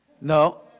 No